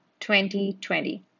2020